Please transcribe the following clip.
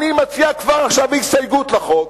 אני מציע כבר עכשיו בהסתייגות לחוק,